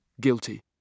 guilty